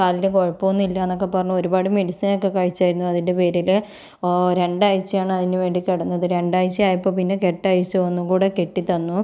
കാലിനു കുഴപ്പം ഒന്നുമില്ല എന്നൊക്കെ പറഞ്ഞു ഒരുപാട് മെഡിസിൻ ഒക്കെ കഴിച്ചായിരുന്നു അതിൻ്റെ പേരില് ഓ രണ്ടാഴ്ച ആണ് അതിനു വേണ്ടി കിടന്നത് രണ്ടാഴ്ച ആയപ്പോൾ പിന്നെ കെട്ടഴിച്ചു ഒന്നും കൂടെ കെട്ടി തന്നു